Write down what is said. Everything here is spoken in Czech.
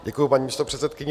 Děkuju, paní místopředsedkyně.